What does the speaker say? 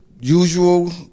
usual